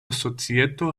societo